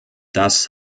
das